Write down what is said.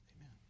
Amen